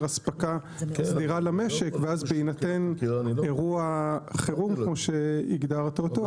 אספקה סדירה למשק ואז בהינתן אירוע חירום כמו שהגדרת אותו,